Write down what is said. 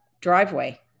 driveway